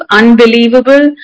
unbelievable